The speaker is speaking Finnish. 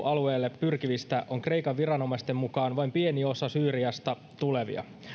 alueelle pyrkivistä on kreikan viranomaisten mukaan vain pieni osa syyriasta tulevia